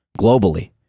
globally